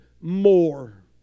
more